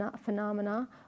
phenomena